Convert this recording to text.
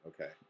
okay